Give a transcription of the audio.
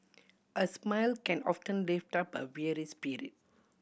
a smile can often lift up a weary spirit